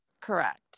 Correct